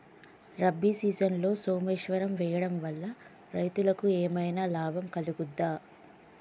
రబీ సీజన్లో సోమేశ్వర్ వేయడం వల్ల రైతులకు ఏమైనా లాభం కలుగుద్ద?